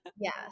Yes